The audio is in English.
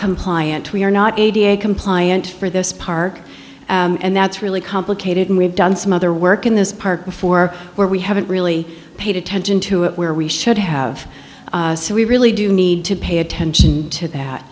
compliant we're not compliant for this park and that's really complicated and we've done some other work in this park before where we haven't really paid attention to it where we should have so we really do need to pay attention to that